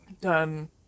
done